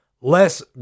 less